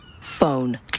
phone